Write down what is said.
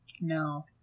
No